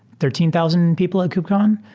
thirteen thousand people at kubecon,